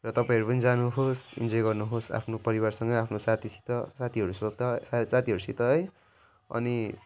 र तपाईँहरू पनि जानुहोस् इन्जोय गर्नुहोस् आफ्नो परिवारसँगै आफ्नो साथीसित साथीहरूसित साथीहरूसित है अनि